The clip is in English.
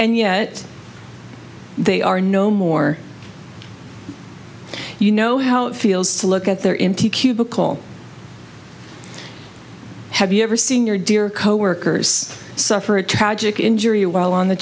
and yet they are no more you know how it feels to look at their in t cubicle have you ever seen your dear coworkers suffer a tragic injury while on the